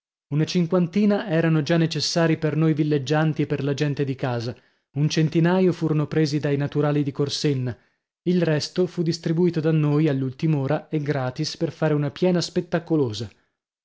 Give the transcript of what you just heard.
una cinquantina erano già necessarii per noi villeggianti e per la gente di casa un centinaio furono presi dai naturali di corsenna il resto fu distribuito da noi all'ultim'ora e gratis per fare una piena spettacolosa